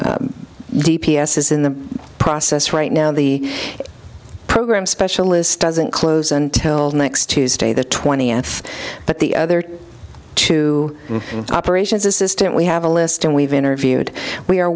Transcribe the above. interviewing d p s is in the process right now the program specialist doesn't close until next tuesday the twentieth but the other two operations assistant we have a list and we've interviewed we are